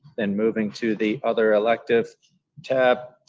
then moving to the other elective tab,